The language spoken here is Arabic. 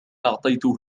أعطيته